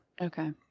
Okay